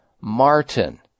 Martin